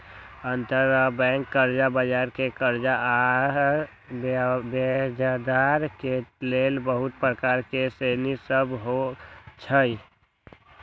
अंतरबैंक कर्जा बजार मे कर्जा आऽ ब्याजदर के लेल बहुते प्रकार के श्रेणि सभ होइ छइ